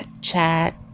chat